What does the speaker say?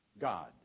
God